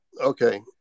okay